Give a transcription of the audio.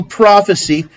prophecy